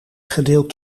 gedeeld